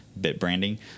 BitBranding